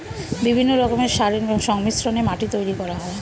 বিভিন্ন রকমের সারের সংমিশ্রণে মাটি তৈরি করা হয়